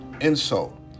insult